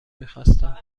میخواستم